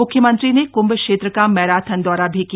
मुख्यमंत्री ने कृंभ क्षेत्र का मैराथन दौरा भी किया